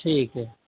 ठीक है